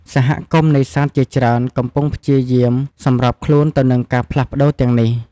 សហគមន៍នេសាទជាច្រើនកំពុងព្យាយាម សម្របខ្លួន ទៅនឹងការផ្លាស់ប្តូរទាំងនេះ។